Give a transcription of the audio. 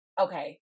okay